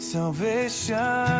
Salvation